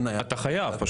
אתה חייב.